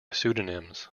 pseudonyms